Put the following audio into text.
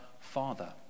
Father